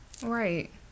Right